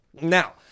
Now